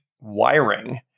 wiring